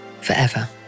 forever